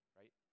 right